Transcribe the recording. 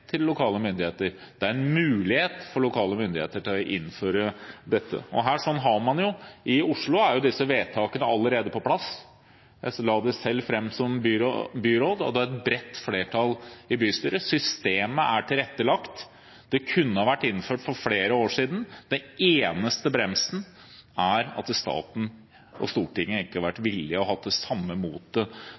lokale myndigheter, det er en mulighet for lokale myndigheter til å innføre dette. I Oslo er disse vedtakene allerede på plass – jeg la det selv fram som byråd, og det er bredt flertall i bystyret. Systemet er tilrettelagt. Det kunne ha vært innført for flere år siden, den eneste bremsen er at staten og Stortinget ikke har vært villige til og hatt det samme motet til å gjennomføre. Det